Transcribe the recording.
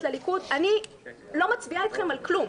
לליכוד: אני לא מצביעה איתכם על כלום,